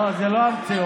לא, זו לא המציאות.